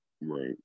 Right